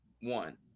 One